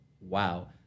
wow